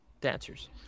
dancers